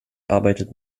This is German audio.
arbeitet